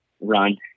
run